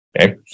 Okay